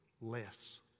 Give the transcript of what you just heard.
less